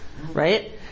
right